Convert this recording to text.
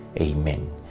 Amen